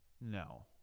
No